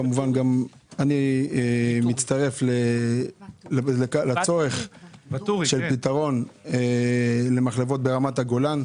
כמובן גם אני מצטרף לצורך בפתרון למחלבות ברמת הגולן.